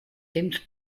temps